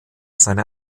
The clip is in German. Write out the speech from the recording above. seine